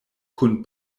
kun